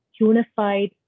unified